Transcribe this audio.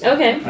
Okay